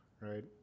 right